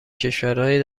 کشورهای